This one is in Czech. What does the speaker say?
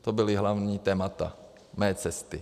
To byla hlavní témata mé cesty.